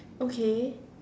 okay